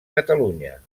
catalunya